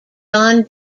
john